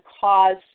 cause